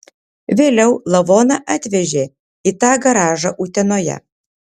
vėliau lavoną atvežė į tą garažą utenoje